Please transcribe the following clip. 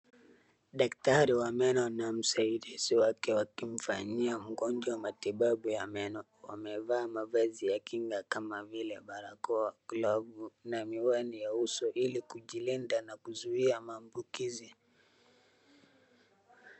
Daktari wa meno ana msaidizi wake wakimfanyia mgonjwa matibabu ya meno. Wamevaa mavazi ya kinga kama vile barakoa, glovu na miwani ya uso ili kujilinda na kuzuia maambukizi.